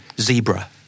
zebra